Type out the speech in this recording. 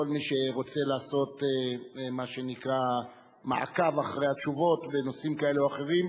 כל מי שרוצה לעשות מה שנקרא מעקב אחר התשובות בנושאים כאלה או אחרים,